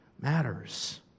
matters